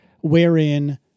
wherein